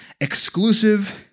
exclusive